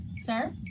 Sir